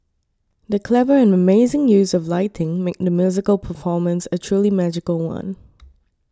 the clever and amazing use of lighting made the musical performance a truly magical one